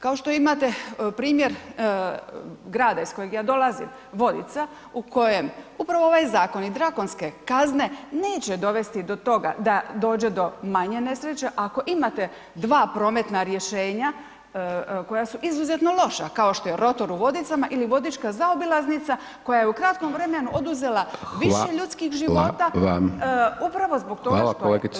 Kao što imate primjer grada iz kojeg ja dolazim, Vodica, u kojem upravo ovaj zakon i drakonske kazne neće dovesti do toga da dođe do manje nesreća, ako imate dva prometna rješenja koja su izuzetno loša, kao što je rotor u Vodicama ili vodička zaobilaznica koja je u kratkom vremenu oduzela više ljudskih života [[Upadica: Hvala.]] upravo zbog toga [[Upadica: Hvala kolegice.]] loše prometno rješenje.